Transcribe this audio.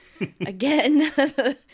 again